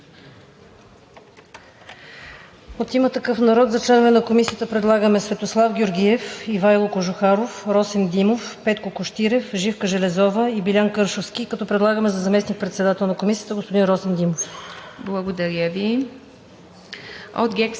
От „Има такъв народ“ за членове на Комисията предлагаме Светослав Георгиев, Ивайло Кожухаров, Росен Димов, Петко Кощирев, Живка Железова и Билян Кършовски, като предлагаме за заместник-председател на Комисията господин Росен Димов. ПРЕДСЕДАТЕЛ